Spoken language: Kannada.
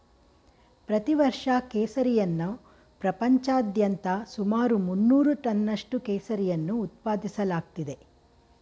ಪ್ರತಿ ವರ್ಷ ಕೇಸರಿಯನ್ನ ಪ್ರಪಂಚಾದ್ಯಂತ ಸುಮಾರು ಮುನ್ನೂರು ಟನ್ನಷ್ಟು ಕೇಸರಿಯನ್ನು ಉತ್ಪಾದಿಸಲಾಗ್ತಿದೆ